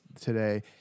today